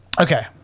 Okay